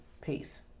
Peace